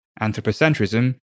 anthropocentrism